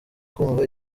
kumva